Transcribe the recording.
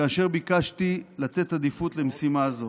כאשר ביקשתי לתת עדיפות למשימה זו.